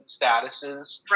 statuses